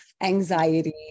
anxiety